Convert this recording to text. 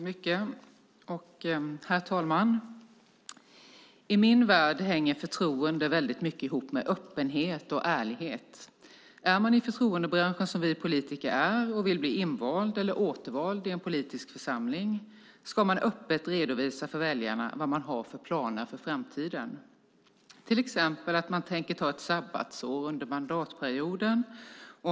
Herr talman! I min värld hänger förtroende väldigt mycket ihop med öppenhet och ärlighet. Är man i förtroendebranschen, som vi politiker är, och vill bli invald eller återvald i en politisk församling ska man öppet redovisa för väljarna vad man har för planer för framtiden, till exempel att man tänker ta ett sabbatsår under mandatperioden.